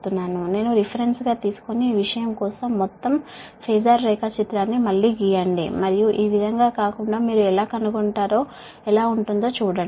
I ను నేను రిఫరెన్స్గా తీసుకొని ఈ విషయం కోసం మొత్తం ఫేజార్ డయాగ్రమ్ ను మళ్లీ గీయండి మరియు ఈ విధంగా కాకుండా మీరు ఎలా కనుగొంటారో ఎలా ఉంటుందో చూడండి